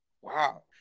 Wow